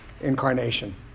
incarnation